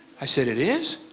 i said, it is?